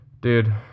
dude